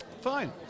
Fine